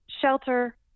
shelter